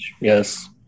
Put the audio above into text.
Yes